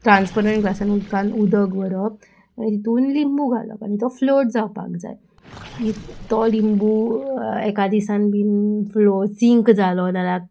transparent ग्लासान उदकान उदक व्हरप आनी तितून लिंबू घालप आनी तो फ्लोट जावपाक जाय इफ तो लिंबू एका दिसान बीन फ्लो सिंक जालो नाल्यार